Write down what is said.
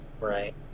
right